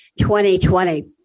2020